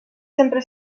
sempre